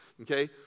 Okay